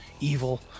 evil